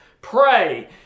pray